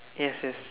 yes yes